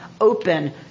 open